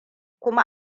kuma